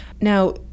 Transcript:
Now